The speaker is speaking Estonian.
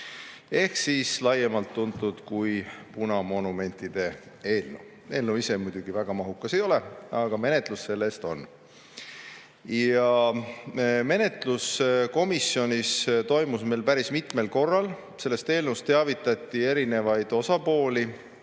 ehk laiemalt tuntud kui punamonumentide eelnõu. Eelnõu ise väga mahukas ei ole, see-eest menetlus on. Menetlus komisjonis toimus meil päris mitmel korral. Sellest eelnõust teavitati erinevaid osapooli: